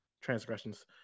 transgressions